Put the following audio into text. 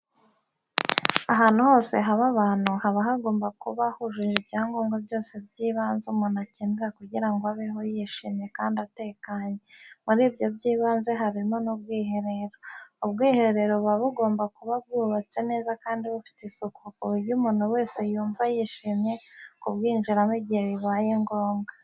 Ahantu hose haba abantu, haba hagomba kuba hujuje ibyangombwa byose by'ibanze umuntu akenera kugira ngo abeho yishimye kandi atekanye, muri ibyo by'ibanze harimo n'ubwiherero. Ubwiherero buba bugomba kuba bwubatse neza kandi bufite isuku ku buryo umuntu wese yumva yishimiye kubwinjiramo igihe bibaye ngombwa.